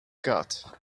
got